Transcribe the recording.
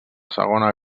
segona